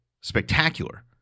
spectacular